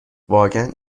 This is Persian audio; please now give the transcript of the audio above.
واقعا